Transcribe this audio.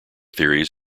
theories